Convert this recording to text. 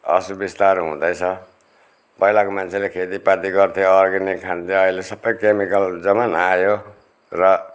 असुविस्ताहरू हुँदैछ पहिलाको मान्छेले खेतीपाती गर्थ्यो अर्ग्यानिक खान्थे अहिले सबै केमिकल जमाना आयो र